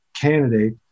candidate